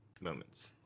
moments